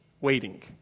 waiting